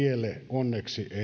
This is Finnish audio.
onneksi